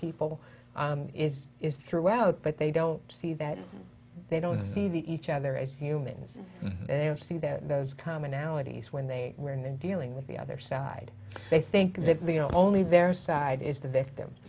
people is through out but they don't see that they don't see the each other as humans and see that those commonalities when they were in dealing with the other side they think that the only their side is the victim